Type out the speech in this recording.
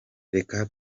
reka